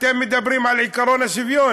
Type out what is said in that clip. אתם מדברים על עקרון השוויון,